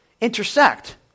intersect